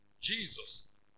Jesus